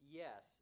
yes